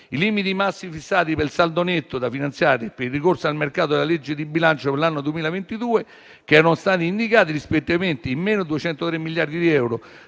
I limiti massimi fissati per il saldo netto da finanziare e per il ricorso al mercato dalla legge di bilancio per l'anno 2022, che erano stati indicati rispettivamente in -203 miliardi di euro